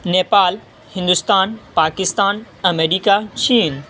نیپال ہندوستان پاکستان امریکہ چین